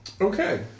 Okay